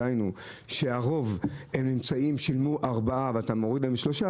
דהיינו שהרוב שילמו 4 שקלים ואתה מוריד ל-3,